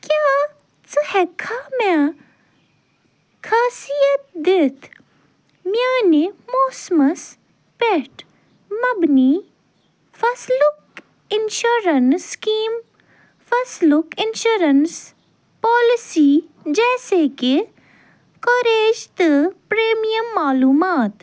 کیٛاہ ژٕ ہیٚکہِ کھا مےٚ خاصیت دِتھ میٛانہِ موسمَس پٮ۪ٹھ مبنی فصلُک انشوریٚنٕس سِکیٖم فصلُک انشوریٚنٕس پوٛالسی جیسے کہِ کۄریج تہٕ پرٛیٖمیَم معلوٗمات